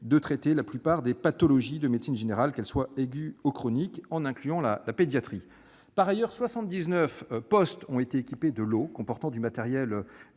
de traiter la plupart des pathologies de médecine générale, qu'elles soient aiguës ou chroniques, y compris en pédiatrie. Par ailleurs, 79 postes ont été équipés de lots comportant du matériel